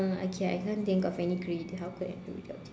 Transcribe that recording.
uh okay I can't think of any creative how could an everyday object